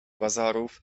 bazarów